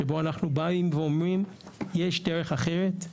שבה אנחנו באים ואומרים שיש דרך אחרת,